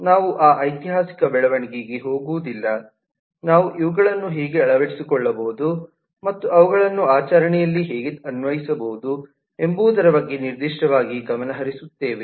ನಾವು ಆ ಐತಿಹಾಸಿಕ ಬೆಳವಣಿಗೆಗೆ ಹೋಗುವುದಿಲ್ಲ ನಾವು ಇವುಗಳನ್ನು ಹೇಗೆ ಅಳವಡಿಸಿಕೊಳ್ಳಬಹುದು ಮತ್ತು ಅವುಗಳನ್ನು ಆಚರಣೆಯಲ್ಲಿ ಹೇಗೆ ಅನ್ವಯಿಸಬಹುದು ಎಂಬುದರ ಬಗ್ಗೆ ನಿರ್ದಿಷ್ಟವಾಗಿ ಗಮನ ಹರಿಸುತ್ತೇವೆ